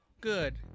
Good